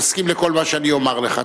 תסכים לכל מה שאני אומַר לך.